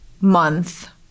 month